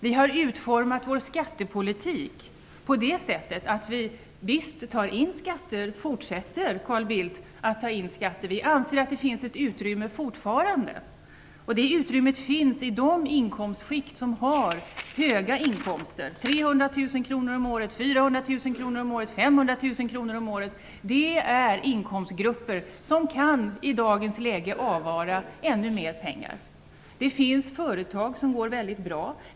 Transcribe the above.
Vi har utformat vår skattepolitik så att vi fortsätter att ta in skatter, Carl Bildt. Vi anser att det fortfarande finns ett utrymme för det. Det utrymmet finns i de inkomstskikt som har höga inkomster, 300 000, 400 000 och 500 000 kronor om året. Det är inkomstgrupper som i dagens läge kan avvara ännu mer pengar. Det finns företag som går mycket bra.